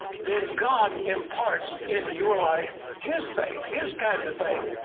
then god imparts into your life his faith, his kind of faith.